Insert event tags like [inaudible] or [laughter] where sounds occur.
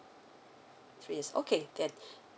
three years okay then [breath]